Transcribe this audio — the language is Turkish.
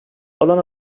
alan